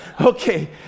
Okay